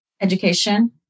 Education